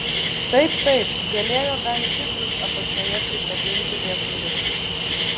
taip taip galėjo bent titrus apačioje prikabinti lietuviškai